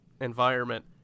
environment